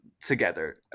together